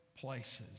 places